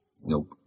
Nope